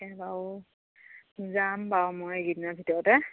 তে বাৰু যাম বাৰু মই এইকেইদিনৰ ভিতৰতে